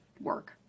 work